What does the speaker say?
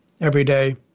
everyday